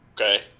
Okay